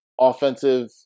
offensive